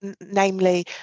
namely